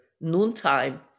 noontime